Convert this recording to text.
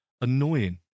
annoying